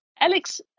Alex